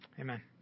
Amen